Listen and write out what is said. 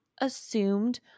assumed